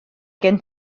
gen